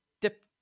dip